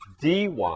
dy